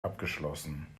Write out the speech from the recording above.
abgeschlossen